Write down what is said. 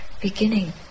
beginning